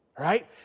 right